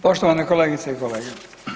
Poštovane kolegice i kolege.